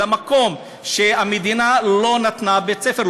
במקום שהמדינה לא נתנה בית-ספר,